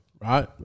Right